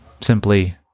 Simply